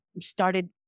started